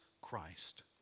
Christ